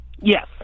Yes